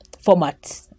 format